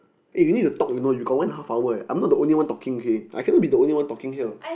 eh you need to talk you know you got one and half hour eh I'm not the only one talking okay I cannot be the only one talking here